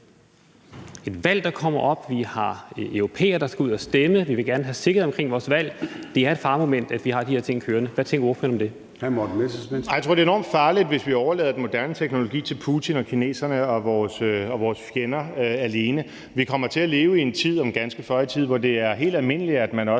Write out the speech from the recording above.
et valg, der kommer; vi har europæere, der skal ud og stemme, og vi vil gerne have sikkerhed omkring vores valg. Det er et faremoment, at vi har de her ting kørende. Hvad tænker ordføreren om det? Kl. 20:50 Formanden (Søren Gade): Hr. Morten Messerschmidt. Kl. 20:50 Morten Messerschmidt (DF): Jeg tror, det er enormt farligt, hvis vi overlader den moderne teknologi til Putin og kineserne og vores fjender alene. Vi kommer til at leve i en tid om ganske føje tid, hvor det er helt almindeligt, at man også